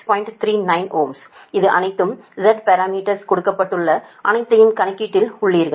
39 Ω இது அனைத்தும் Z parameters கொடுக்கப்பட்டுள்ள அனைத்தையும் கணக்கிட்டு உள்ளீர்கள்